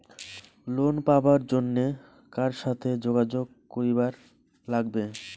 Loan পাবার জন্যে কার সাথে যোগাযোগ করিবার লাগবে?